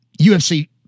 UFC